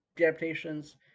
adaptations